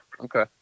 Okay